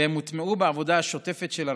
והן הוטמעו בעבודה השוטפת של הרשות.